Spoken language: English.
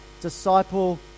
disciple